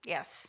Yes